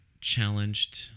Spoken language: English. Challenged